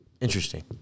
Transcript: Interesting